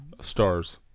Stars